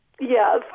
Yes